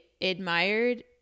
admired